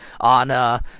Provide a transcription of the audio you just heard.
on –